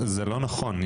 זה לא נכון,